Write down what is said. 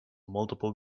multiple